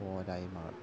പോരായ്മകൾ